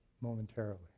momentarily